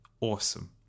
Awesome